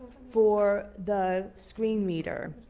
for the screenreader.